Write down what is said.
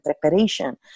preparation